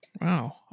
Wow